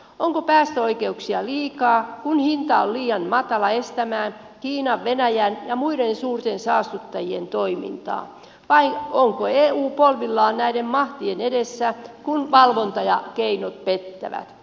onko päästöoikeuksia liikaa kun hinta on liian matala estämään kiinan venäjän ja muiden suurten saastuttajien toimintaa vai onko eu polvillaan näiden mahtien edessä kun valvonta ja keinot pettävät